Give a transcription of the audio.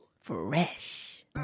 Fresh